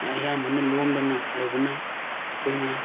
ꯅ ꯑꯌꯥꯝꯕꯅ ꯂꯣꯟꯕꯅ ꯑꯣꯏꯕꯅ ꯑꯩꯈꯣꯏꯅ